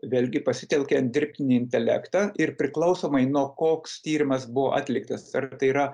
vėlgi pasitelkiant dirbtinį intelektą ir priklausomai nuo koks tyrimas buvo atliktas ar tai yra